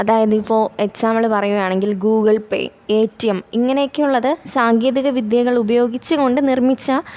അതായത് ഇപ്പോള് എക്സാമ്പിള് പറയുവാണെങ്കിൽ Google Pay A T M ഇങ്ങനക്കെയുള്ളത് സാങ്കേതിക വിദ്യകളുപയോഗിച്ചുകൊണ്ട് നിർമ്മിച്ച